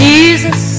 Jesus